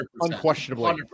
Unquestionably